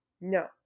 no